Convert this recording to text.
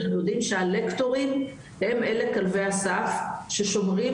אנחנו יודעים שהלקטורים הם אלה כלבי הסף ששומרים